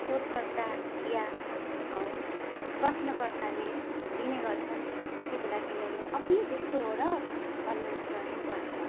शोधकर्ता या प्रश्नकर्ताले दिने गर्छन् त्यति बेला तिनीहरू अपुइ त्यस्तो हो र भन्ने कुराहरू गर्छन्